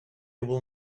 will